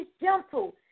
gentle